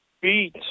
beat